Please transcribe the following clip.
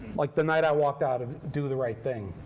like the night i walked out of do the right thing.